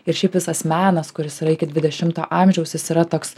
ir šiaip visas menas kuris yra iki dvidešimto amžiaus jis yra toks